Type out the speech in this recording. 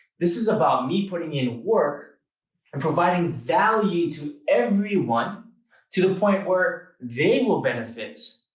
this is about me putting in work and providing value to everyone to the point where they will benefit,